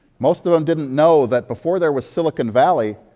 most of them didn't know that before there was silicon valley,